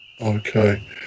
Okay